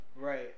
Right